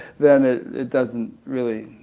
then it it doesn't really,